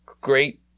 great